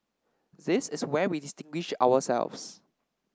this is where we distinguish ourselves